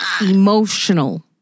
emotional